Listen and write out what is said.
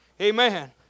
Amen